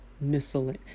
miscellaneous